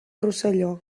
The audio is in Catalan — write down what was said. rosselló